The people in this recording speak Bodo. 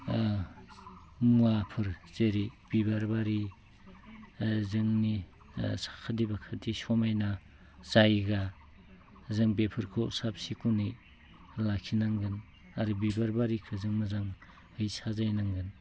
मुवाफोर जेरै बिबार बारि जोंनि साखाथि बाखाथि समायना जायगा जों बेफोरखौ साब सिखोनै लाखिनांगोन आरो बिबार बारिखौ जों मोजाङै साजायनांगोन